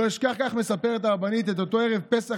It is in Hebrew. לא אשכח, כך מספרת הרבנית, את אותו ערב פסח.